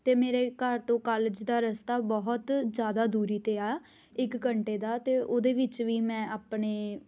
ਅਤੇ ਮੇਰੇ ਘਰ ਤੋਂ ਕਾਲਜ ਦਾ ਰਸਤਾ ਬਹੁਤ ਜ਼ਿਆਦਾ ਦੂਰੀ 'ਤੇ ਆ ਇੱਕ ਘੰਟੇ ਦਾ ਅਤੇ ਉਹਦੇ ਵਿੱਚ ਵੀ ਮੈਂ ਆਪਣੇ